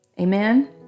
Amen